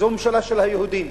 זו ממשלה של היהודים.